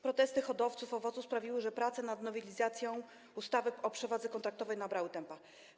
Protesty hodowców owoców sprawiły, że prace nad nowelizacją ustawy o przewadze kontraktowej nabrały tempa.